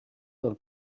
del